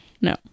No